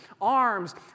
arms